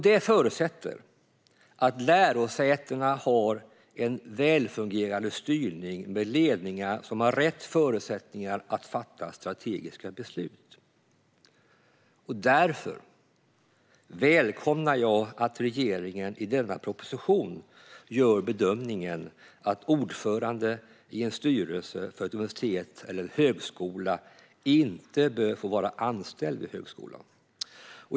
Detta förutsätter att lärosätena har en välfungerande styrning med ledningar som har rätt förutsättningar att fatta strategiska beslut. Därför välkomnar jag att regeringen i denna proposition gör bedömningen att ordföranden i styrelsen för ett universitet eller en högskola inte bör få vara anställd vid högskolan.